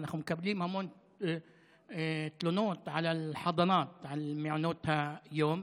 ואנחנו מקבלים המון תלונות (אומר בערבית ומתרגם:) על מעונות היום.